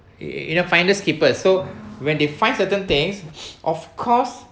you you know finders keepers so when they find certain things of course